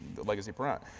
the legacy print.